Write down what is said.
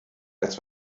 als